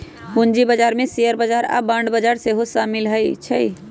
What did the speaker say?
पूजी बजार में शेयर बजार आऽ बांड बजार सेहो सामिल होइ छै